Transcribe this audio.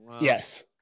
Yes